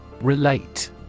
Relate